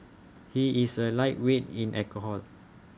he is A lightweight in alcohol